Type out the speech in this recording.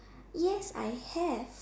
yes I have